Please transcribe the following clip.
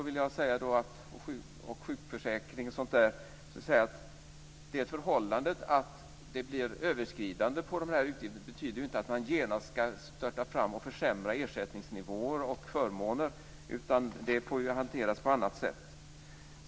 vill jag säga att det förhållandet att utgifterna överskred budgeten inte betyder att man genast ska störta fram och försämra ersättningsnivåer och förmåner. Det får hanteras på annat sätt.